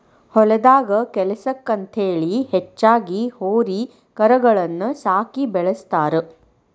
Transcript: ಹೊಲದಾಗ ಕೆಲ್ಸಕ್ಕ ಅಂತೇಳಿ ಹೆಚ್ಚಾಗಿ ಹೋರಿ ಕರಗಳನ್ನ ಸಾಕಿ ಬೆಳಸ್ತಾರ